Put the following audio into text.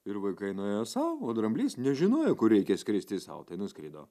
ir vaikai nuėjo sau o dramblys nežinojo kur reikia skristi sau tai nuskrido